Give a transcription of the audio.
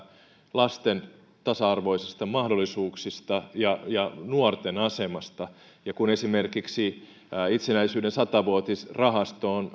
lasten tasa arvoisista mahdollisuuksista ja ja nuorten asemasta ja kun esimerkiksi itsenäisyyden sata vuotisrahasto on